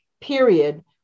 period